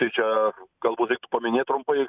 tai čia galbūt reiktų paminėt trumpai